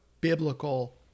biblical